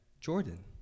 Jordan